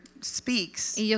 speaks